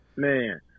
man